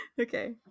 okay